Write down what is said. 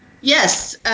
Yes